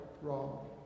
wrong